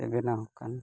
ᱵᱮᱱᱟᱣ ᱟᱠᱟᱱ